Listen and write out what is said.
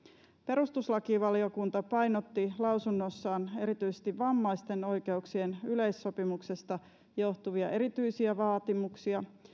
perustuslakivaliokunta painotti lausunnossaan erityisesti vammaisten oikeuksien yleissopimuksesta johtuvia erityisiä vaatimuksia